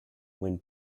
when